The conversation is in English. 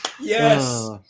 yes